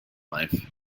life